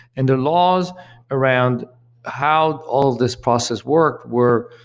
and the laws around how all this process worked were,